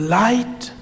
light